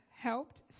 helped